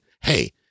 hey